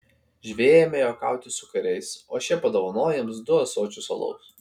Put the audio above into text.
žvejai ėmė juokauti su kariais o šie padovanojo jiems du ąsočius alaus